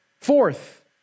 Fourth